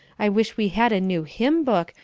i wish we had a new hymn-book,